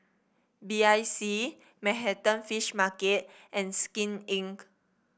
B I C Manhattan Fish Market and Skin Inc